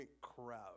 crowd